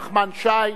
נחמן שי,